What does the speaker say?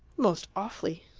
most awfully.